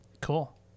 Cool